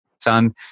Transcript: son